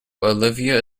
olivia